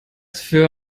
für